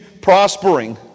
prospering